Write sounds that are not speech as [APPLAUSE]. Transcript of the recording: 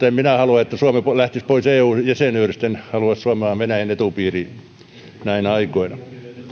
[UNINTELLIGIBLE] en minä halua että suomi lähtisi pois eu jäsenyydestä en halua suomea venäjän etupiiriin näinä aikoina